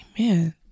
Amen